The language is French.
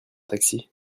taxi